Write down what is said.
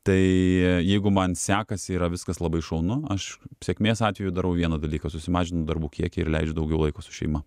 tai jeigu man sekasi yra viskas labai šaunu aš sėkmės atveju darau vieną dalyką susimažinu darbų kiekį ir leidžiu daugiau laiko su šeima